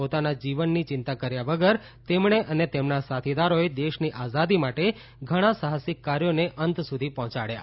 પોતાના જીવનની ચિંતા કર્યા વગર તેમણે અને તેમના સાથીદારોએ દેશની આઝાદી માટે ઘણાં સાહસિક કાર્યોને અંત સુધી પહોંચાડયા